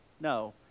No